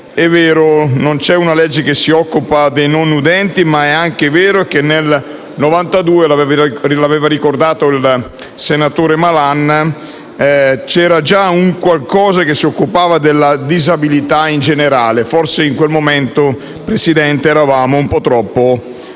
È vero, non c'è una legge che si occupi dei non udenti, ma è altrettanto vero che nel 1992, come ha ricordato il senatore Malan, c'era già un qualcosa che si occupava della disabilità in generale; forse in quel momento eravamo un po' troppo avanti.